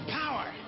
power